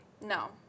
No